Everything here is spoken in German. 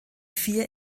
vier